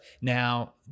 now